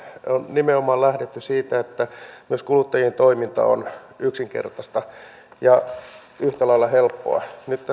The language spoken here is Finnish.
nimenomaan lähdetty siitä että myös kuluttajien toiminta on yksinkertaista ja yhtä lailla helppoa